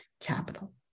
capital